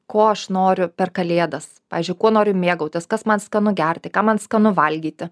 ko aš noriu per kalėdas pavyzdžiui kuo noriu mėgautis kas man skanu gerti ką man skanu valgyti